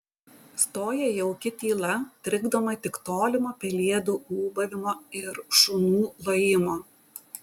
stoja jauki tyla trikdoma tik tolimo pelėdų ūbavimo ir šunų lojimo